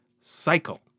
cycle